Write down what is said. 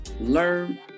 learn